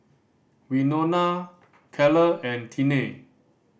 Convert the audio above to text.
Wynona Kyler and Tiney